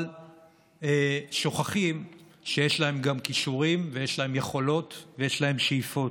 אבל שוכחים שיש להם גם כישורים ויש להם גם יכולות ויש להם שאיפות.